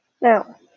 Now